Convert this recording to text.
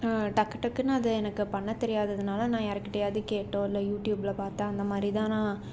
டக்கு டக்குன்னு அது எனக்கு பண்ண தெரியாததனால நான் யாருக்கிட்டேயாவது கேட்டோ இல்லை யூடியூப்ல பார்த்தோ அந்த மாதிரி தான் நான்